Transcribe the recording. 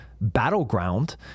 battleground